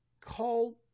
called